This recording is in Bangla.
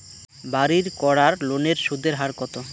বাড়ির করার লোনের সুদের হার কত?